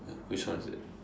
which one is that